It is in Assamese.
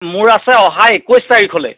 মোৰ আছে অহা একৈছ তাৰিখলৈ